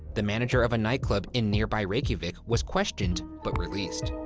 the manager of a nightclub in nearby reykjavik was questioned but released.